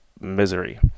Misery